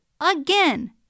again